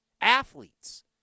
Athletes